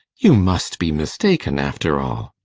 you must be mistaken after all.